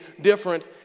different